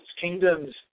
kingdoms